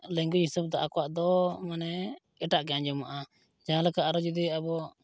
language ᱦᱤᱥᱟᱹᱵᱽᱛᱮ ᱟᱠᱚᱣᱟᱜ ᱫᱚ ᱢᱟᱱᱮ ᱮᱴᱟᱜᱼᱜᱮ ᱟᱸᱡᱚᱢᱚᱜᱼᱟ ᱡᱟᱦᱟᱸ ᱞᱮᱠᱟ ᱟᱨᱚ ᱡᱩᱫᱤ ᱟᱵᱚ